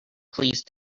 please